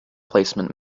placement